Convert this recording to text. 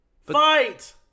Fight